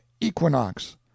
equinox